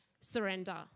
surrender